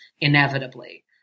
inevitably